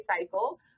cycle